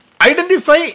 Identify